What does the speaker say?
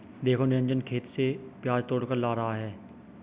देखो निरंजन खेत से प्याज तोड़कर ला रहा है